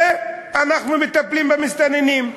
ו"אנחנו מטפלים במסתננים".